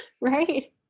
right